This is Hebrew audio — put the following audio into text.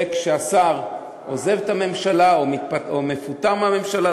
וכשהשר עוזב את הממשלה או מפוטר מהממשלה,